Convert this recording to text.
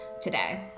today